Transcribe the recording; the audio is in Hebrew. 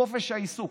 חופש העיסוק.